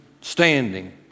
standing